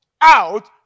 out